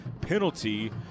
penalty